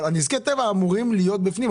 אבל נזקי טבע אמורים להיות בפנים,